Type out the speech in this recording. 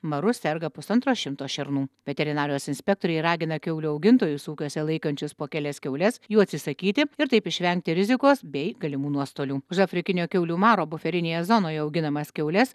maru serga pusantro šimto šernų veterinarijos inspektoriai ragina kiaulių augintojus ūkiuose laikančius po kelias kiaules jų atsisakyti ir taip išvengti rizikos bei galimų nuostolių už afrikinio kiaulių maro buferinėje zonoje auginamas kiaules